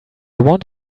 want